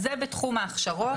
אז זה בתחום ההכשרות.